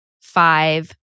five